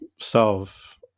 self